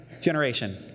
generation